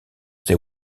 they